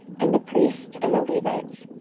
and the priests, and the levites,